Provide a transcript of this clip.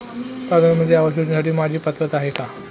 प्रधानमंत्री आवास योजनेसाठी माझी पात्रता आहे का?